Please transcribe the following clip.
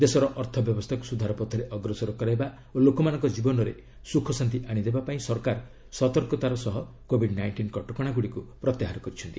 ଦେଶର ଅର୍ଥ ବ୍ୟବସ୍ଥାକୁ ସୁଧାରପଥରେ ଅଗ୍ରସର କରାଇବା ଓ ଲୋକମାନଙ୍କ ଜୀବନରେ ସୁଖଶାନ୍ତି ଆଣିଦେବା ପାଇଁ ସରକାର ସତର୍କତାର ସହ କୋବିଡ୍ ନାଇଷ୍ଟିନ୍ କଟକଣା ଗୁଡ଼ିକୁ ପ୍ରତ୍ୟାହାର କରିଛନ୍ତି